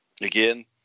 Again